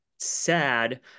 sad